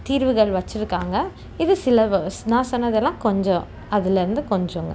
தீர்வுகள் வச்சுருக்காங்க இது சில நான் சொன்னதெல்லாம் கொஞ்சம் அதுலேருந்து கொஞ்சங்க